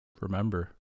remember